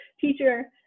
teacher